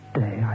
day